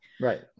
Right